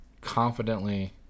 confidently